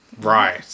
Right